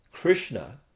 Krishna